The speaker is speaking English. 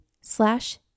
slash